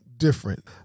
different